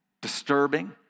disturbing